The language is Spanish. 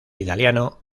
italiano